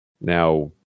now